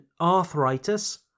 arthritis